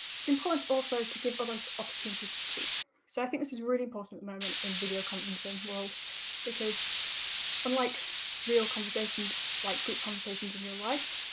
it's important also to give others opportunities to speak. so i think this is really important moment in video conferencing, because unlike really conversations, like group conversations in your life,